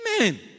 Amen